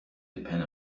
depend